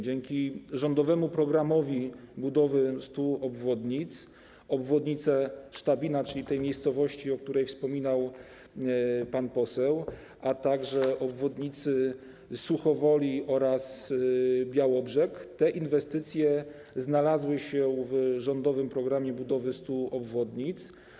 Dzięki rządowemu programowi budowy 100 obwodnic obwodnica Sztabina, czyli tej miejscowości, o której wspominał pan poseł, a także obwodnica Suchowoli oraz Białobrzegów - te inwestycje znalazły się w rządowym programie budowy 100 obwodnic.